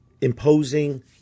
imposing